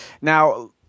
now